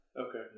Okay